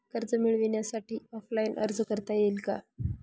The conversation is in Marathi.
कर्ज मिळण्यासाठी ऑफलाईन अर्ज करता येईल का?